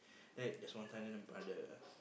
like this one time then the brother